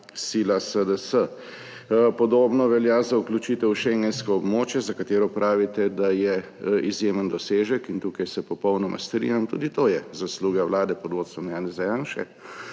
sila SDS. Podobno velja za vključitev v schengensko območje, za katero pravite, da je izjemen dosežek, in tukaj se popolnoma strinjam, tudi to je zasluga vlade pod vodstvom Janeza Janše.